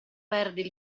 perde